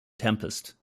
tempest